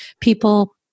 people